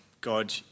God